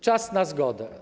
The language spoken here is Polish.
Czas na zgodę.